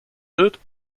built